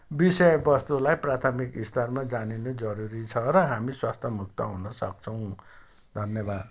विषयवस्तुलाई प्राथमिक स्थानमा जानिन जरुरी छ र हामी स्वास्थ्य मुक्त हुन सक्छौँ धन्यवाद